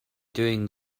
doing